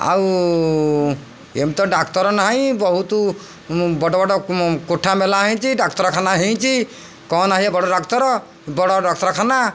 ଆଉ ଏମିତି ତ ଡାକ୍ତର ନାହିଁ ବହୁତ ବଡ଼ ବଡ଼ କୋଠା ମେଲା ହେଇଛି ଡାକ୍ତରଖାନା ହେଇଛି କ'ଣ ନାହିଁ ଏ ବଡ଼ ଡାକ୍ତର ବଡ଼ ଡାକ୍ତରଖାନା